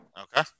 Okay